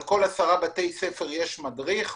על כל עשרה בתי ספר יש מדריך.